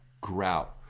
Grout